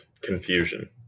confusion